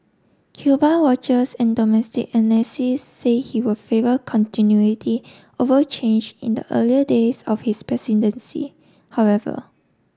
Cuba watchers and domestic analysis say he will favour continuity over change in the early days of his presidency however